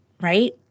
right